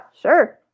Sure